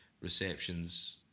receptions